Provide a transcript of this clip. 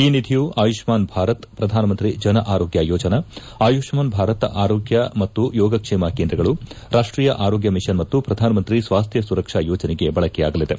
ಈ ನಿಧಿಯು ಆಯುಷ್ಠಾನ್ ಭಾರತ್ ಪ್ರಧಾನಮಂತ್ರಿ ಜನ್ ಆರೋಗ್ಕ ಯೋಜನಾ ಆಯುಷ್ಠಾನ್ ಭಾರತ್ ಆರೋಗ್ಕ ಮತ್ತು ಯೋಗಕ್ಷೇಮ ಕೇಂದ್ರಗಳು ರಾಷ್ಷೀಯ ಆರೋಗ್ಯ ಮಿಷನ್ ಮತ್ತು ಪ್ರಧಾನಮಂತ್ರಿ ಸ್ವಾಸ್ಟ್ ಸುರಕ್ಷ ಯೋಜನೆಗೆ ಬಳಕೆಯಾಗಲಿದೆ